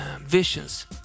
visions